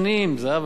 זהבה גלאון.